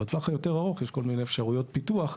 בטווח היותר ארוך יש כל מיני אפשרויות פיתוח,